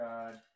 God